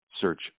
search